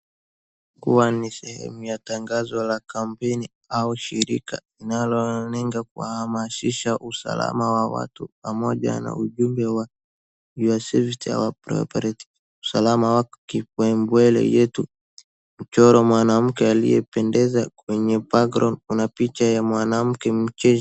Hua ni sehemu ya tangazo la kampeni au shirika linalotumika kuhamasisha usalama wa watu pamoja na ujumbe wa your safety our priority , usalama wa kipau mbele yetu, imechorwa mwanamke aliyependeza kwenye bango kwenye picha ya mwanamke mcheshi.